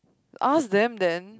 ask them then